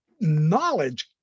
knowledge